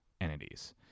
entities